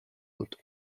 dut